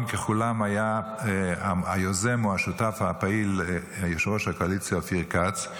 ככולם היה היוזם או השותף הפעיל יושב-ראש הקואליציה אופיר כץ.